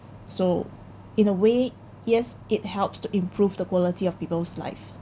so in a way yes it helps to improve the quality of people's life